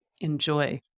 enjoy